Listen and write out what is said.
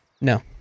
No